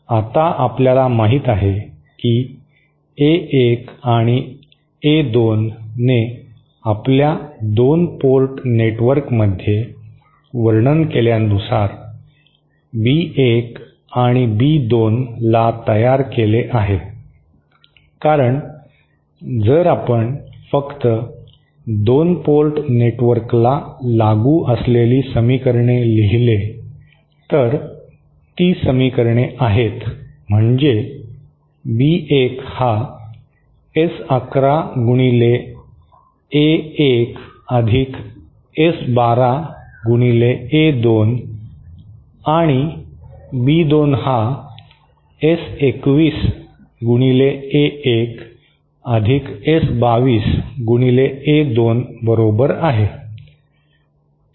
आता आपल्याला माहित आहे की ए1 आणि ए 2 ने आपल्या 2 पोर्ट नेटवर्कमध्ये वर्णन केल्यानुसार बी 1 आणि बी 2 ला तयार केले आहे कारण जर आपण फक्त 2 पोर्ट नेटवर्कला लागू असलेली समीकरणे लिहिले तर ती समीकरणे आहेत म्हणजे बी 1 हा एस 11 गुणिले ए 1 अधिक एस 12 गुणिले ए 2 आणि बी 2 हा एस 21 गुणिले ए 1 अधिक एस 22 गुणिले ए 2 बरोबर आहे